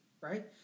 Right